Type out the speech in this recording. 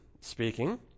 speaking